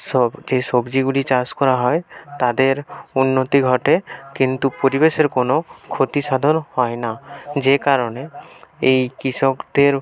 সব যে সবজিগুলি চাষ করা হয় তাদের উন্নতি ঘটে কিন্তু পরিবেশের কোনো ক্ষতিসাধন হয় না যে কারণে এই কৃষকদের